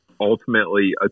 ultimately